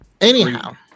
Anyhow